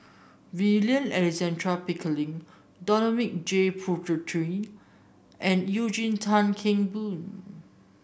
William Alexander Pickering Dominic J Puthucheary and Eugene Tan Kheng Boon